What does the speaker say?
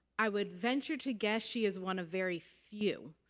i would venture to guess she is one of very few.